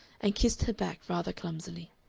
and kissed her back rather clumsily.